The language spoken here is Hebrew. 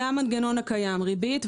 זה המנגנון הקיים: ריבית,